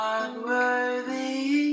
unworthy